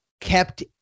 kept